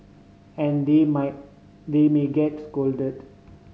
and they might they may get scolded